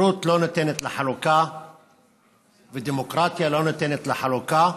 אומרים שחירות לא ניתנת לחלוקה ושדמוקרטיה לא ניתנת לחלוקה.